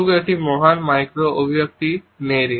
সুখ একটি মহান মাইক্রো অভিব্যক্তি নেইরিন